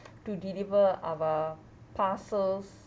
to deliver our parcels